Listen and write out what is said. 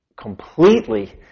completely